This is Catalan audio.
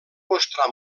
mostrar